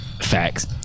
Facts